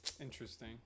Interesting